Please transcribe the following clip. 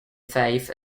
faith